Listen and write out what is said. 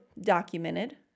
documented